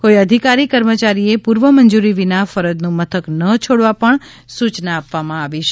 કોઇ અધિકારી કર્મચારીએ પૂર્વમંજુરી વિના ફરજનું મથક ન છોડવા પણ સુચના આપવામાં આવી છે